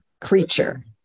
creature